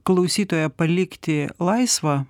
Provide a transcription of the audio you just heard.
klausytoją palikti laisvą